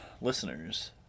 listeners